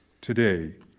today